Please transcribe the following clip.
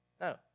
No